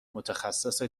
متخصص